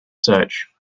search